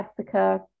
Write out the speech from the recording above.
Jessica